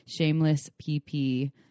SHAMELESSPP